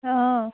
অঁ